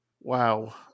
Wow